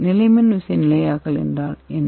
நிலைமின் விசை நிலையாக்கல் என்றால் என்ன